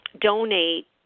donate